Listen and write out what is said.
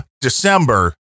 December